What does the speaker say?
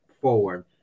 forward